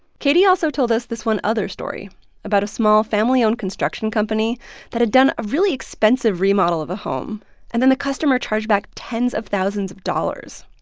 katie also told us this one other story about a small, family-owned construction company that had done a really expensive remodel of a home and then the customer charged back tens of thousands of dollars.